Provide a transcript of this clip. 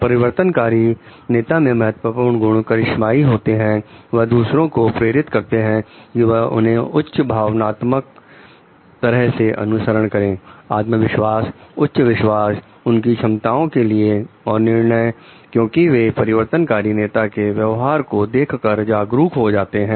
परिवर्तनकारी नेता के महत्वपूर्ण गुण करिश्माई होते हैं वह दूसरों को प्रेरित करते हैं कि वह उन्हें उच्च भावनात्मक तरह से अनुसरण करें आत्मविश्वास उच्च विश्वास उनकी क्षमताओं के लिए और निर्णय क्योंकि वे परिवर्तनकारी नेता के व्यवहार को देखकर जागरूक हो जाते हैं